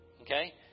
Okay